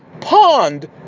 pond